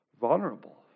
vulnerable